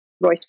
Royce